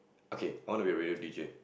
okay I want to be radio D_J